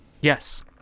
yes